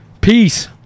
Peace